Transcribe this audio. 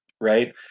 right